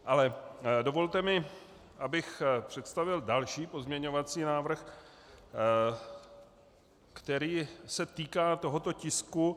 Ale dovolte mi, abych představil další pozměňovací návrh, který se týká tohoto tisku.